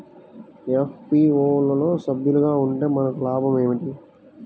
FPO లో సభ్యులుగా ఉంటే మనకు లాభం ఏమిటి?